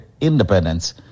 independence